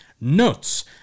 nuts